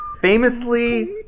famously